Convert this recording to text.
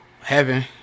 Heaven